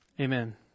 Amen